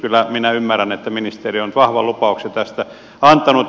kyllä minä ymmärrän että ministeri on vahvan lupauksen tästä antanut